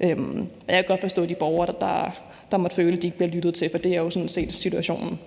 Jeg kan godt forstå de borgere, der måtte føle, at de ikke bliver lyttet til, for det er jo sådan set situationen.